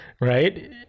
right